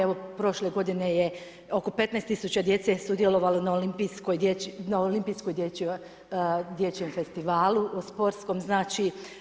Evo prošle godine je oko 15 tisuća djece sudjelovalo na olimpijskoj dječjem festivalu, sportskom znači.